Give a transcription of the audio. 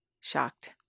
shocked